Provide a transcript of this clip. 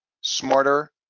smarter